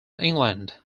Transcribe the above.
england